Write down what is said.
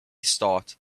start